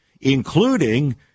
including